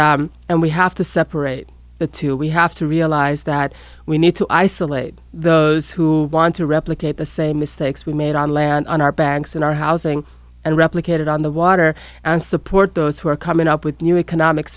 and we have to separate the two we have to realise that we need to isolate those who want to replicate the same is the we made on land on our backs in our housing and replicated on the water and support those who are coming up with new economic